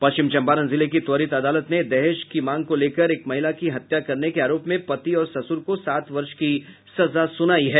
पश्चिम चंपारण जिले की त्वरित अदालत ने दहेज की मांग को लेकर एक महिला की हत्या करने के आरोप में पति और ससुर को सात वर्ष की सजा सुनायी है